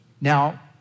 Now